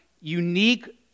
unique